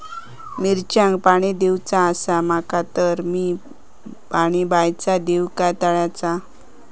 मिरचांका पाणी दिवचा आसा माका तर मी पाणी बायचा दिव काय तळ्याचा?